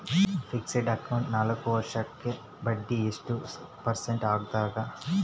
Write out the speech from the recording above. Fixed account ನಾಲ್ಕು ವರ್ಷಕ್ಕ ಬಡ್ಡಿ ಎಷ್ಟು ಪರ್ಸೆಂಟ್ ಆಗ್ತದ?